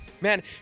Man